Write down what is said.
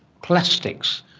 plastics.